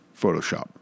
Photoshop